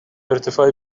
ارتفاع